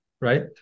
right